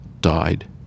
died